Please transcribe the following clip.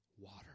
water